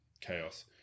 Chaos